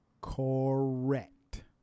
Correct